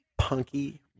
Punky